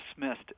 dismissed